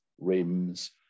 rims